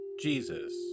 Jesus